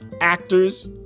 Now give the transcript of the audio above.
actors